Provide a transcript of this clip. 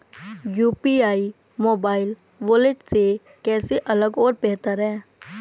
UPI mobile wallet से कैसे अलग और बेहतर है?